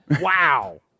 Wow